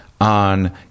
on